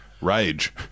Rage